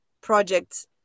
projects